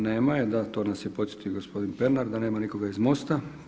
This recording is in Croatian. Nema je, da, to nas je podsjetio gospodin Pernar da nema nikoga iz MOST-a.